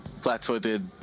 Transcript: flat-footed